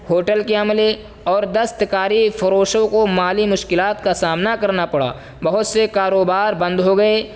hotel کے عملے اور دست کاری فروشوں کو مالی مشکلات کا سامنا کرنا پڑا بہت سے کاروبار بند ہو گئے